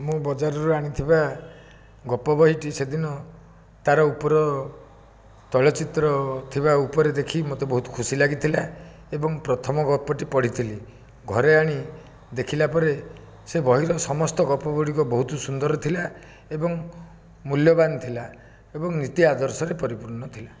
ମୁଁ ବଜାର ରୁ ଆଣିଥିବା ଗପ ବହିଟି ସେ ଦିନ ତା ର ଉପର ତୈଳ ଚିତ୍ର ଥିବା ଉପରେ ଦେଖି ମୋତେ ବହୁତ ଖୁସି ଲାଗିଥିଲା ଏବଂ ପ୍ରଥମ ଗପଟି ପଢ଼ିଥିଲି ଘରେ ଆଣି ଦେଖିଲା ପରେ ସେ ବହିର ସମସ୍ତ ଗପ ଗୁଡ଼ିକ ବହୁତ ସୁନ୍ଦର ଥିଲା ଏବଂ ମୂଲ୍ୟବାନ ଥିଲା ଏବଂ ନୀତି ଆଦର୍ଶରେ ପରିପୂର୍ଣ୍ଣ ଥିଲା